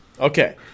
Okay